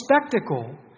spectacle